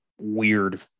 weird